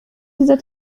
dieser